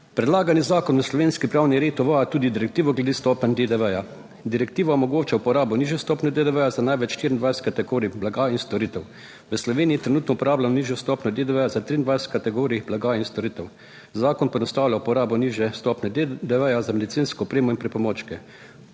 Predlagani zakon v slovenski pravni red uvaja tudi direktivo glede stopenj DDV. Direktiva omogoča uporabo nižje stopnje DDV ja, za največ 24 kategorij blaga in storitev. V Sloveniji trenutno uporabljamo nižjo stopnjo DDV za 23 kategorij blaga in storitev. Zakon poenostavlja uporabo nižje stopnje DDV za medicinsko opremo in pripomočke.